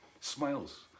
smiles